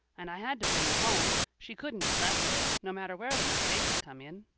and i had to bring her home. she couldn't be left there, no matter where the mistake had come in.